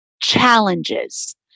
challenges